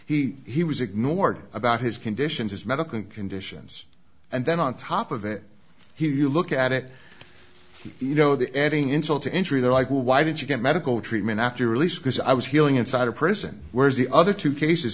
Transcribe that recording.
heat he was ignored about his conditions his medical conditions and then on top of it he you look at it you know that adding insult to injury they're like well why didn't you get medical treatment after release because i was healing inside a prison whereas the other two cases